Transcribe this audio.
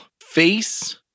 face